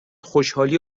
خوشحالی